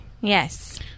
Yes